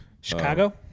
Chicago